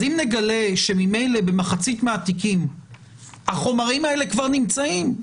אז אם נגלה שממילא במחצית מהתיקים החומרים האלה כבר נמצאים,